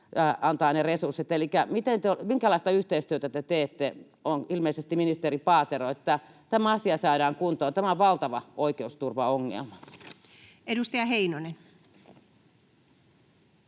antaa ne resurssit. Elikkä minkälaista yhteistyötä te teette, ilmeisesti ministeri Paatero, jotta tämä asia saadaan kuntoon? Tämä on valtava oikeusturvaongelma. [Speech